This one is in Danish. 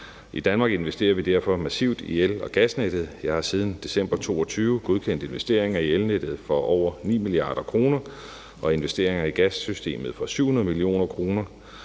I Danmark investerer vi derfor massivt i el- og gasnettet. Jeg har siden december 2022 godkendt investeringer i elnettet for over 9 mia. kr. og investeringer i gassystemet for over 700 mio. kr.